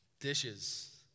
Dishes